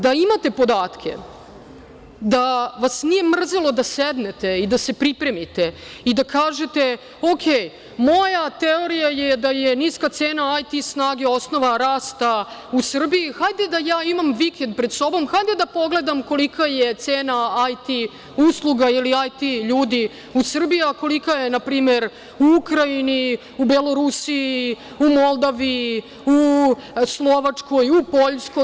Da imate podatke, da vas nije mrzelo da sednete i da se pripremite i da kažete – u redu, moja teorija je da je niska cena IT snage osnova rasta u Srbiji, hajde da ja imam vikend pred sobom, hajde da pogledam kolika je cena IT usluga, ili IT ljudi u Srbiji, a kolika je npr. u Ukrajini, u Beolorusiji, u Moldaviji, u Slovačkoj, u Poljskoj.